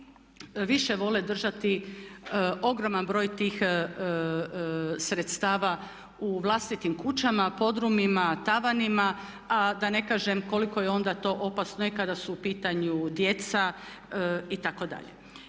više vole držati ogroman broj tih sredstava u vlastitim kućama, podrumima, tavanima a da ne kažem koliko je to onda opasno, nekada su u pitanju djeca itd.